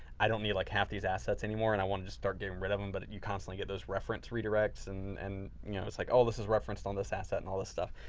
i don't need like half these assets anymore and i want to just start getting rid of them. but you constantly get those reference redirects and and yeah it's like, oh, this is referenced on this asset and all this stuff.